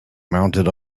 mounted